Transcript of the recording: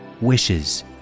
wishes